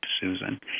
Susan